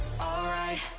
Alright